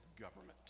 government